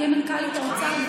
תהיה מנכ"לית האוצר,